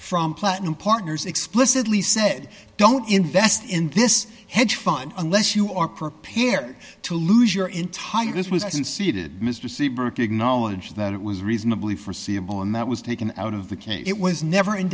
from platinum partners explicitly said don't invest in this hedge fund unless you are prepared to lose your entire this was unseated mr seabrook to acknowledge that it was reasonably forseeable and that was taken out of the case it was never in